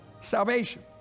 salvation